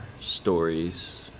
stories